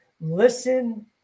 listen